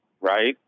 right